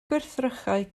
gwrthrychau